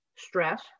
stress